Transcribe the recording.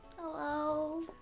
Hello